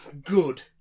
good